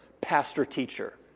pastor-teacher